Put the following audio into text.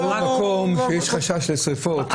חד-משמעית, או מקום שיש חשש לשריפות.